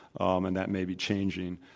um and that may be changing.